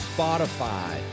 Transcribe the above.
Spotify